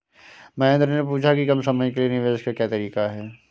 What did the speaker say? महेन्द्र ने पूछा कि कम समय के लिए निवेश का क्या तरीका है?